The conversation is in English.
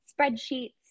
spreadsheets